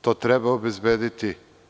To treba obezbediti.